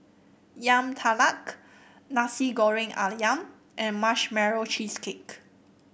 Yam Talam Nasi Goreng ayam and Marshmallow Cheesecake